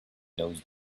knows